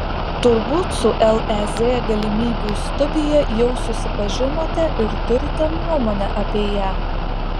turbūt su lez galimybių studija jau susipažinote ir turite nuomonę apie ją